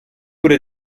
bude